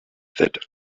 that